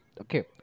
Okay